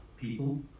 people